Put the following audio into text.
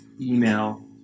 email